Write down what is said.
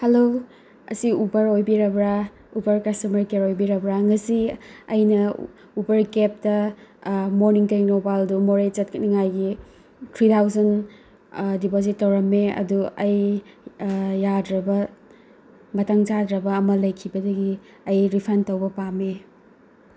hello ꯑꯁꯤ Uber ꯑꯣꯏꯕꯤꯔꯕ꯭ꯔꯥ Uber customer care ꯑꯣꯏꯕꯤꯔꯕ꯭ꯔ ꯉꯁꯤ ꯑꯩꯅ ꯎꯕꯔ ꯀꯦꯞꯇ ꯃꯣꯔꯅꯤꯡ ꯇꯦꯡꯅꯧꯄꯜ ꯇꯨ ꯃꯣꯔꯦ ꯆꯠꯀꯅꯤꯉꯥꯏꯒꯤ ꯊ꯭ꯔꯤ ꯊꯥꯎꯖꯟ ꯗꯤꯄꯣꯖꯤꯠ ꯇꯧꯔꯝꯃꯦ ꯑꯗꯣ ꯑꯩ ꯌꯥꯗ꯭ꯔꯕ ꯃꯇꯥꯡ ꯆꯥꯗꯕ ꯑꯃ ꯂꯩꯈꯤꯕꯗꯒꯤ ꯑꯩ ꯔꯤꯐꯟ ꯇꯧꯕ ꯄꯥꯝꯃꯦ